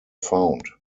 found